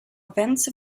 events